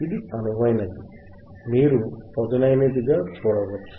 ఇది అనువైనది మీరు పదునైనదిగా చూడవచ్చు